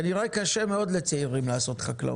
כנראה שקשה מאוד לצעירים לעסוק בתחום,